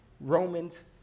Romans